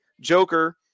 Joker